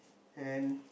and